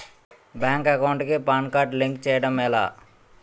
Bank account కి PAN card link చేయడం ఎలా?